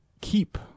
keep